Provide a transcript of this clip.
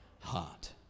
heart